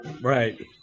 Right